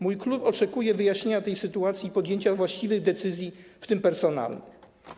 Mój klub oczekuje wyjaśnienia tej sytuacji i podjęcia właściwych decyzji, w tym personalnych.